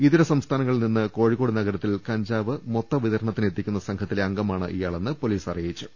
ഇതര സംസ്ഥാനങ്ങളിൽ നിന്ന് കോഴിക്കോട് നഗരത്തിൽ കഞ്ചാവ് മൊത്ത വിതരണത്തിന് എത്തിക്കുന്ന സംഘത്തിലെ അംഗ മാണ് ഇയാളെന്ന് പൊലീസ് അറിയിച്ചു